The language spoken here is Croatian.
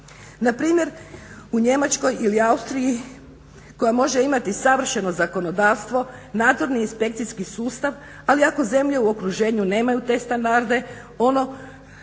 Na primjer u Njemačkoj ili Austriji koja može imati savršeno zakonodavstvo i nadzorni inspekcijski sustav ali ako zemlje u okruženju nemaju te standarde ono